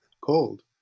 cold